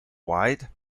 wide